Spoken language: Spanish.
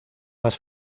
más